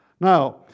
Now